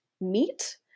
meat